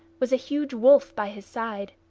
was a huge wolf by his side.